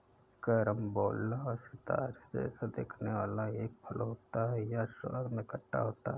carambola सितारे जैसा दिखने वाला एक फल होता है यह स्वाद में खट्टा होता है